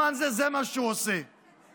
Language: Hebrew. זה מה שהוא עושה בזמן הזה.